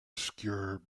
skewer